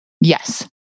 Yes